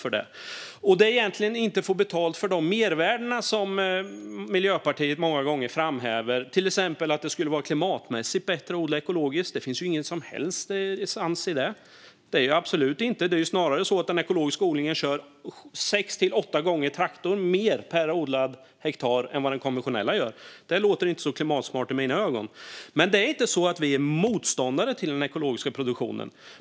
Och man får egentligen inte betalt för de mervärden som Miljöpartiet många gånger framhäver, till exempel att det skulle vara klimatmässigt bättre att odla ekologiskt. Det finns ingen som helst essens i det. Det är absolut inte bättre; det är snarare så att man i den ekologiska odlingen kör sex till åtta gånger mer traktor per odlad hektar än vad man gör i den konventionella. Det låter inte så klimatsmart i mina öron. Vi är inte motståndare till den ekologiska produktionen.